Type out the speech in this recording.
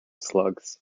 slugs